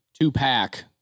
two-pack